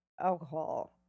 alcohol